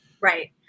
Right